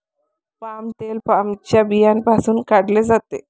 palm तेल पामच्या बियांपासून काढले जाते